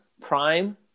prime